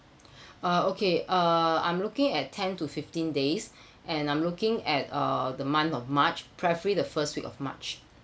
uh okay uh I'm looking at ten to fifteen days and I'm looking at uh the month of march preferably the first week of march